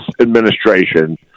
administration